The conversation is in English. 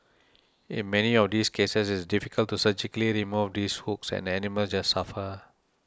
in many of these cases it's difficult to surgically remove these hooks and the animals just suffer